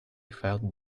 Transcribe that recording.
felt